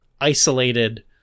isolated